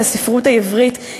את הספרות העברית,